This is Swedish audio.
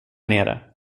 nere